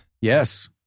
Yes